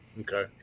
Okay